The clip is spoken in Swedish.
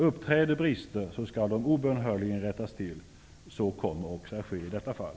Uppträder brister skall de obönhörligen rättas till. Så kommer också att ske i detta fall.